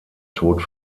tod